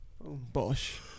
bosh